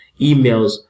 emails